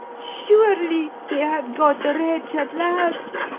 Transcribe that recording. surely they have got the wretch at last?